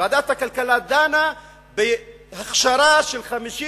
ועדת הכלכלה דנה בהכשרה של 59